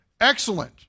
Excellent